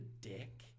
dick